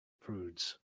prudes